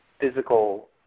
physical